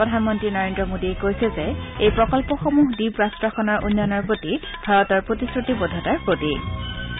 প্ৰধানমন্ত্ৰী নৰেন্দ্ৰ মোডীয়ে কৈছে যে এই প্ৰকল্পসমূহ দ্বীপ ৰাট্ৰখনৰ উন্নয়নৰ প্ৰতি ভাৰতৰ প্ৰতিশ্ৰুতিবদ্ধতাৰ প্ৰতীক